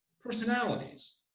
personalities